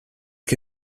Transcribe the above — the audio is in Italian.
che